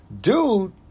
Dude